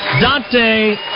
Dante